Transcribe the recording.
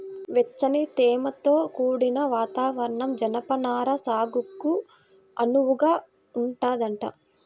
వెచ్చని, తేమతో కూడిన వాతావరణం జనపనార సాగుకు అనువుగా ఉంటదంట